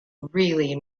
really